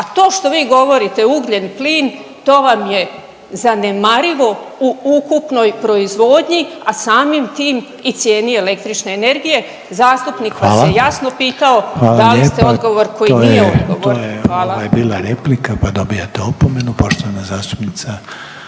a to što vi govorite ugljen, plin to vam je zanemarivo u ukupnoj proizvodnji, a samim tim i cijeni električne energije. Zastupnik vas je jasno pitao …/Upadica: Hvala./… dali ste odgovor koji nije odgovor. **Reiner, Željko (HDZ)** Hvala lijepo, to je, to je ovaj bila replika pa dobijate opomenu. Poštovana zastupnica